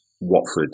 Watford